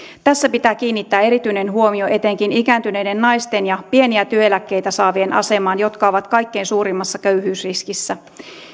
tässä pitää kiinnittää erityinen huomio etenkin ikääntyneiden naisten ja pieniä työeläkkeitä saavien asemaan jotka ovat kaikkein suurimmassa köyhyysriskissä